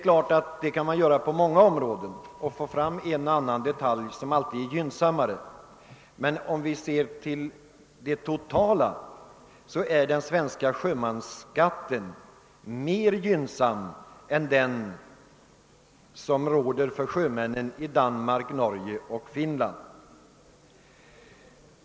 Så kan man göra på många områden och alltid finna en eller annan detalj som är gynnsammare i ett annat lands lagstiftning, men i sin helhet är den svenska sjömansskatten gynnsammare än sjömansskatten i Danmark, Norge och Finland.